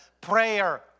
Prayer